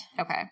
Okay